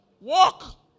Walk